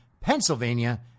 Pennsylvania